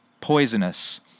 poisonous